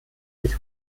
sich